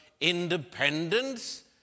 Independence